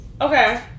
Okay